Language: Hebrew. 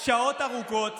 שעות ארוכות